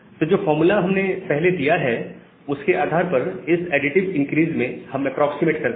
तो जो फार्मूला हमने पहले दिया है उसके आधार पर इस एडिटिव इंक्रीज में हम एप्रोक्सीमेट करते हैं